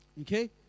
okay